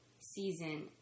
season